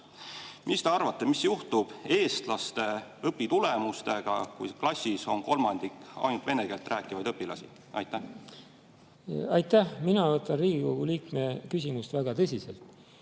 Mis te arvate, mis juhtub eestlaste õpitulemustega, kui klassis on kolmandik ainult vene keelt rääkivaid õpilasi? Aitäh! Mina võtan Riigikogu liikme küsimust väga tõsiselt.